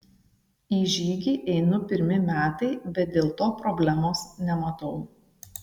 į žygį einu pirmi metai bet dėl to problemos nematau